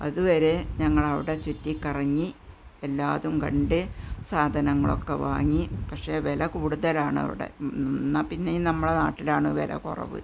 അതുവരെ ഞങ്ങള് അവിടെ ചുറ്റി കറങ്ങി എല്ലാതും കണ്ട് സാധനങ്ങളൊക്കെ വാങ്ങി പക്ഷെ വില കൂടുതലാണവിടെ എന്നാൽ പിന്നെ നമ്മുടെ നാട്ടിലാണ് വില കുറവ്